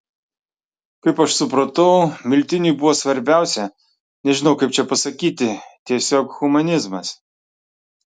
kaip aš supratau miltiniui buvo svarbiausia nežinau kaip čia pasakyti tiesiog humanizmas